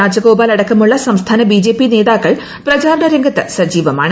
രാജഗോപാൽ അടക്കമുള്ള സംസ്ഥാന ബിജെപി നേതാക്കൾ പ്രചാരണ രംഗത്ത് സജീവമാണ്